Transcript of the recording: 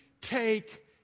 take